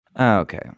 Okay